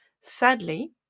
Sadly